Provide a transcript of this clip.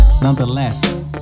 nonetheless